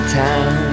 town